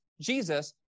Jesus